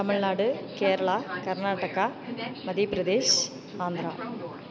தமிழ்நாடு கேரளா கர்நாடகா மத்திய பிரதேஷ் ஆந்திரா